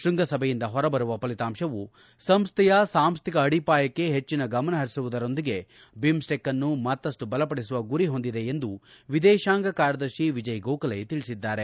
ಶೃಂಗಸಭೆಯಿಂದ ಹೊರ ಬರುವ ಫಲಿತಾಂಶವು ಸಂಸ್ಥೆಯ ಸಾಂಸ್ಥಿಕ ಅಡಿಪಾಯಕ್ಕೆ ಹೆಚ್ಚಿನ ಗಮನಹರಿಸುವುದರೊಂದಿಗೆ ಬಿಮ್ಸ್ವೆಕ್ನ್ನು ಮತ್ತಷ್ನು ಬಲಪಡಿಸುವ ಗುರಿ ಹೊಂದಿದೆ ದಲಾಗಿದೆ ಎಂದು ವಿದೇಶಾಂಗ ಕಾರ್ಯದರ್ಶಿ ವಿಜಯ ಗೋಖಲೆ ತಿಳಿಸಿದ್ದಾರೆ